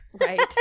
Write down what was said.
right